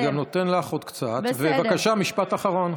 אני גם נותן לך עוד קצת, ובבקשה, משפט אחרון.